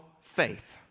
faith